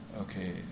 okay